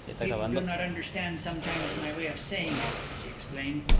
people do not understand sometimes my way of saying it, she explained.